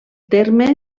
terme